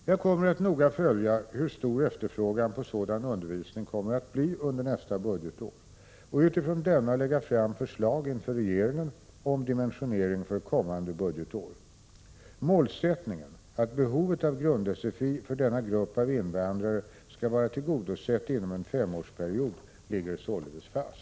Jag kommer att noga följa hur stor efterfrågan på sådan undervisning kommer att bli under nästa budgetår och utifrån denna lägga fram förslag inför regeringen om dimensionering för kommande budgetår. Målsättningen att behovet av grund-SFI för denna grupp av invandrare skall vara tillgodosett inom en femårsperiod ligger således fast.